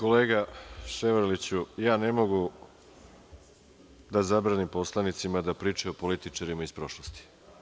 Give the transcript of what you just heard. Kolega Ševarliću, ja ne mogu da zabranim poslanicima da pričaju o političarima iz prošlosti.